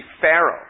Pharaoh